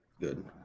good